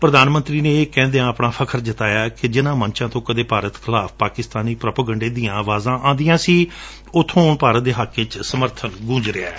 ਪੁਧਾਨ ਮੰਤਰੀ ਨੇ ਇਹ ਕਹਿੰਦਿਆਂ ਆਪਣਾ ਫਖਰ ਜਤਾਇਆ ਕਿ ਜਿਨਾਂ ਮੰਚਾਂ ਤੋਂ ਕਦੇ ਭਾਰਤ ਖਿਲਾਫ਼ ਪਾਕਿਸਤਾਨੀ ਪੈ੍ਰੋਗੰਡੇ ਦੀਆਂ ਆਵਾਜ਼ਾਂ ਆਉਂਦੀਆਂ ਸਨ ਉਬੋਂ ਹੁਣ ਭਾਰਤ ਦੇ ਹੱਕ ਵਿਚ ਸਰਬਨ ਗੁੰਜ ਰਿਹੈ